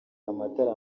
amatara